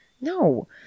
no